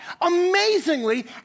amazingly